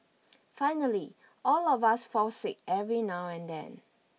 finally all of us fall sick every now and then